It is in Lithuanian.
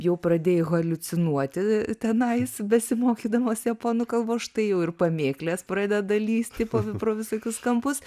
jau pradėjai haliucinuoti tenais besimokydamas japonų kalbos štai jau ir pamėklės pradeda lįsti po pro visokius kampus